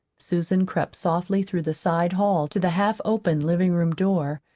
susan crept softly through the side hall to the half-open living-room door,